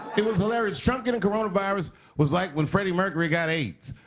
it was hilarious. trump getting coronavirus was like when freddie mercury got aids.